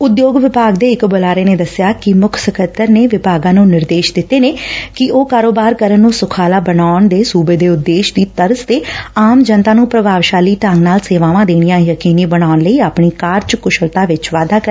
ਉਦਯੋਗ ਵਿਭਾਗ ਦੇ ਇਕ ਬੁਲਾਰੇ ਨੇ ਦੱਸਿਆ ਕਿ ਮੁੱਖ ਸਕੱਤਰ ਨੇ ਵਿਭਾਗਾਂ ਨੂੰ ਨਿਰਦੇਸ਼ ਦਿੱਤੇ ਨੇ ਕਿ ਉਹ ਕਾਰੋਬਾਰ ਕਰਨ ਨੂੰ ਸੁਖਾਲਾ ਬਣਾਉਣ ਦੇ ਸੁਬੇ ਦੇ ਉਦੇਸ਼ ਦੀ ਤਰਜ਼ ਤੇ ਆਮ ਜਨਤਾ ਨੂੰ ਪ੍ਰਭਾਵਸ਼ਾਲੀ ਢੰਗ ਨਾਲ ਸੇਵਾਵਾਂ ਦੇਣੀਆਂ ਯਕੀਨੀ ਬਣਾਉਣ ਲਈ ਆਪਣੀ ਕਾਰਜ ਕੁਸ਼ਲਤਾ ਚ ਵਾਧਾ ਕਰਨ